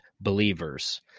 believers